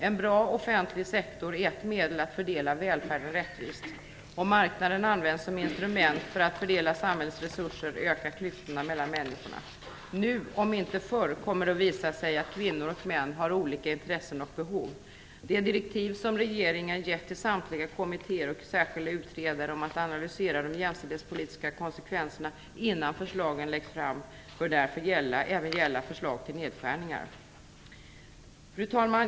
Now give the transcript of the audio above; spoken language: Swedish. En bra offentlig sektor är ett medel att fördela välfärden rättvist. Om marknaden används som instrument för att fördela samhällets resurser ökar klyftorna mellan människorna. Nu om inte förr kommer det att visa sig att kvinnor och män har olika intressen och behov. Det direktiv som regeringen givit till samtliga kommittéer och särskilda utredare om att analysera de jämställdhetspolitiska konsekvenserna innan förslagen läggs fram bör därför även gälla förslag till nedskärningar. Fru talman!